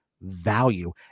value